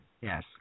Yes